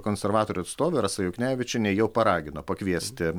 konservatorių atstovė rasa juknevičienė jau paragino pakviesti